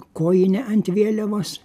kojinę ant vėliavos